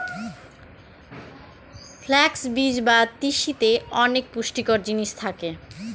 flux বীজ বা তিসিতে অনেক পুষ্টিকর জিনিস থাকে